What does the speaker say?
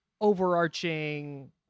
overarching